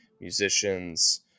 musicians